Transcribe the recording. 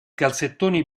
calzettoni